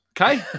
okay